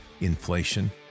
inflation